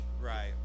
Right